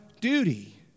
duty